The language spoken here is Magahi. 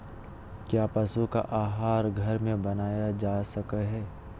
क्या पशु का आहार घर में बनाया जा सकय हैय?